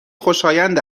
خوشایند